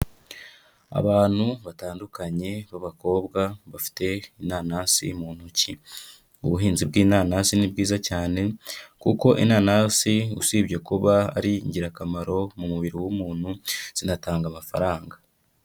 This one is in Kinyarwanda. Abantu batandukanye b'abakobwa bafite inanasi mu ntoki, ubuhinzi bw'inanasi ni bwiza cyane kuko inanasi usibye kuba ari ingirakamaro mu mubiri w'umuntu, zinatanga amafaranga.